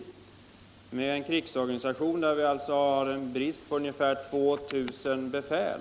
Läget är ju det att vi i vår krigsorganisation har en brist på ungefär 2000 befäl